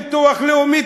ביטוח לאומי,